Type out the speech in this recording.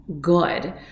good